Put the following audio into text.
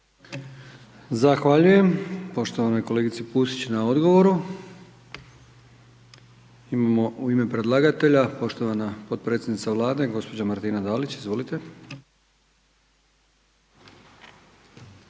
Zahvaljujem poštovanoj kolegici Pusić na odgovoru. Imamo u ime predlagatelja poštovana potpredsjednica Vlade gospođa Martina Dalić, izvolite.